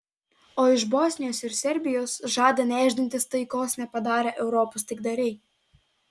o iš bosnijos ir serbijos žada nešdintis taikos nepadarę europos taikdariai